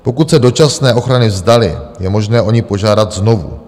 Pokud se dočasné ochrany vzdali, je možné o ni požádat znovu.